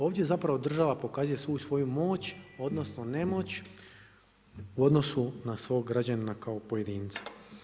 Ovdje zapravo država pokazuje svu svoju moć, odnosno nemoć u odnosu na svog građanina kao pojedinca.